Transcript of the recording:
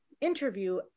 interview